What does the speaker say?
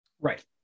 Right